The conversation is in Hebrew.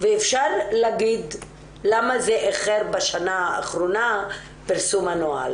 ואפשר להגיד למה איחר בשנה האחרונה פרסום הנוהל